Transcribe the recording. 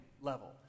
level